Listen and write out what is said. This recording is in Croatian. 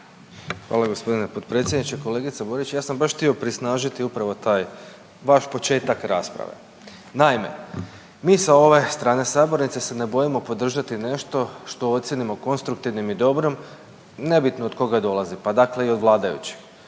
Hvala gospodine potpredsjedniče. Kolegice Borić, ja sam baš htio prisnažiti upravo taj vaš početak rasprave. Naime, mi sa ove strane sabornice se ne bojimo podržati nešto što ocijenimo konstruktivnim i dobrom, nebitno od koga dolazi, pa dakle i od vladajućih.